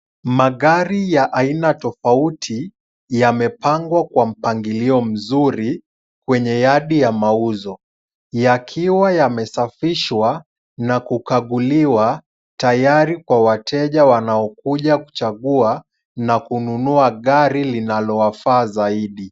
Magari ya aina tofauti yamepangwa kwa mpangilio mzuri kwenye yadi ya mauzo yakiwa yamesafishwa na kukaguliwa tayari kwa wateja wanaokuja kuchagua na kununua gari linalowafaa zaidi.